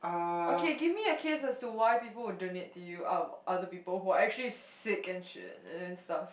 okay give me a case as to why people would donate to you out of other people who are actually sick and shit and stuff